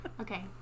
Okay